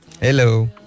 Hello